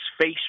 face